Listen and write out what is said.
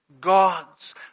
gods